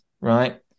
right